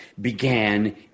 began